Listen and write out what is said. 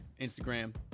Instagram